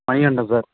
Manikandan sir